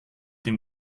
dem